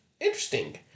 interesting